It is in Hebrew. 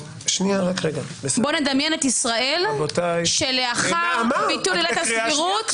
בוא נדמיין את ישראל שלאחר ביטול הסבירות,